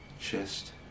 chest